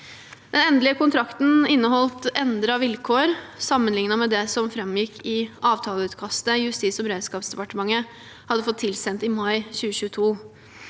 Den endelige kontrakten inneholdt endrede vilkår sammenlignet med det som framgikk i avtaleutkastet Justis- og beredskapsdepartementet hadde fått tilsendt i mai 2022.